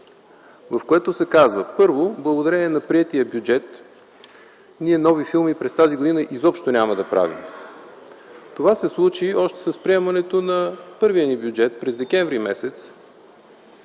в което се казва: благодарение на приетия бюджет, нови филми през тази година изобщо няма да правим. Това се случи още с приемането на първия ни бюджет през м. декември,